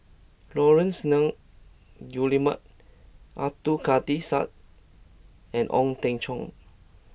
Laurence Nunns Guillemard Abdul Kadir Syed and Ong Teng Cheong